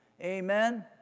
amen